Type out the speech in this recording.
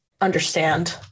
understand